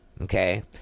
okay